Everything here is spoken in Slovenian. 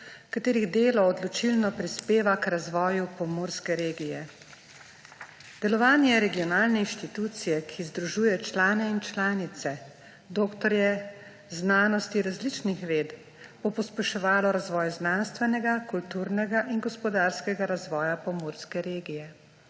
katerih delo odločilno prispeva k razvoju pomurske regije. Delovanje regionalne institucije, ki združuje članice in člane, doktorje znanosti različnih ved, bo pospeševalo razvoj znanstvenega, kulturnega in gospodarskega razvoja pomurske regije,